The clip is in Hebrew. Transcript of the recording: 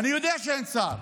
אני יודע שאין שר.